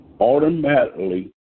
automatically